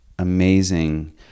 amazing